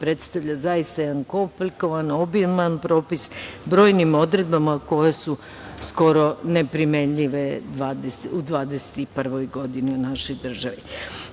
predstavlja zaista jedan komplikovan, obiman propis, brojnim odredbama, koje su skoro neprimenljive u 2021. godini, u našoj